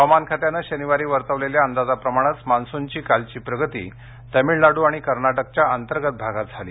हवामान खात्यानं शनिवारी वर्तवलेल्या अंदाजाप्रमाणेच मान्सूनची कालची प्रगती तमिळनाडू आणि कर्नाटकच्या अंतर्गत भागात झाली